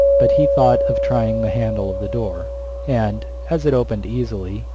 but he thought of trying the handle of the door and, as it opened easily,